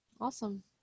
Awesome